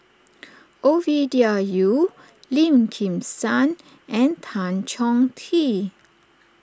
Ovidia Yu Lim Kim San and Tan Chong Tee